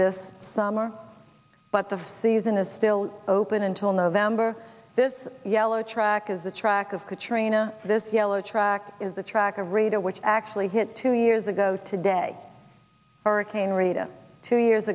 this summer but the season is still open until november this yellow track is the track of katrina this yellow track is the track of rita which actually hit two years ago today hurricane rita two years